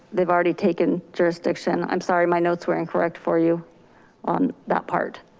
they've already taken jurisdiction. i'm sorry. my notes were incorrect for you on that part.